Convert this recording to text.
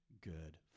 good